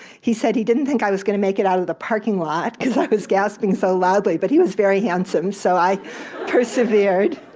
he said he didn't think i was going to make it out of the parking lot, because i was gasping so loudly, but he was very handsome, so i persevered.